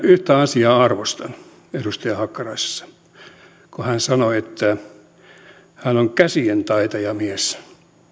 yhtä asiaa arvostan edustaja hakkaraisessa hän sanoi että hän on käsientaitajamies